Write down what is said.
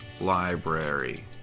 Library